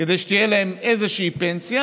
כדי שתהיה להם איזושהי פנסיה.